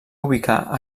ubicar